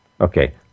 Okay